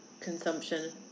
consumption